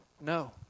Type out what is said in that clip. No